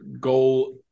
goal